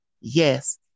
yes